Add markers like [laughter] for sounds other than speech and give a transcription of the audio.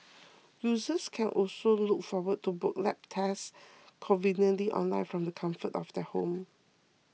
users can also look forward to booking lab tests [noise] conveniently online from the comfort of their home